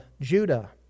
Judah